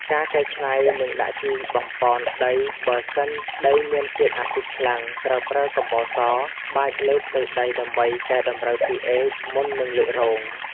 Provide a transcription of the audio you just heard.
ការកែច្នៃ និងដាក់ជីបំប៉នដីបើសិនដីមានជាតិអាស៊ីតខ្លាំង ត្រូវប្រើ កំបោរស បាចលើផ្ទៃដីដើម្បីកែតម្រូវ pHមុននឹងលើករង។